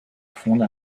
fonde